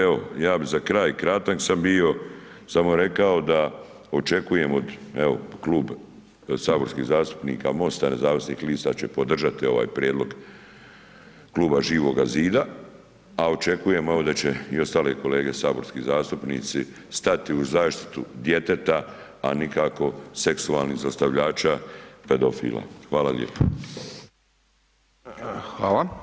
Evo ja bi za kraj, kratak sam bio, sam rekao, da očekujem od, evo Klub saborskih zastupnika Mosta nezavisnih lista, će podržati ovaj prijedlog Kluba Živoga zida, a očekujem ovdje, da će i ostali kolege saborski zastupnici, stati uz zaštitu djeteta, a nikako seksualnih zlostavljača, pedofila, hvala lijepo.